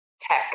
tech